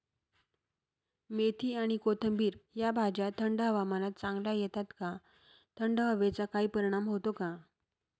मेथी आणि कोथिंबिर या भाज्या थंड हवामानात चांगल्या येतात का? थंड हवेचा काही परिणाम होतो का?